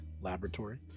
Laboratory